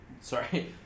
Sorry